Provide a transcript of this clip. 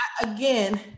again